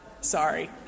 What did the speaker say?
Sorry